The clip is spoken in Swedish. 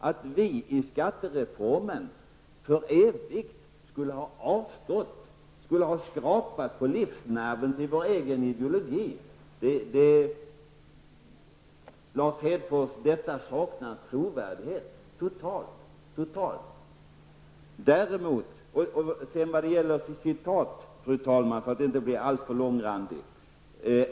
Att påstå att folkpartiet genom skattereformen skulle ha skrapat på livsnerven för vår egen ideologi saknar total trovärdighet, Lars Hedfors. Fru talman!